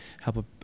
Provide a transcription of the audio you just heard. help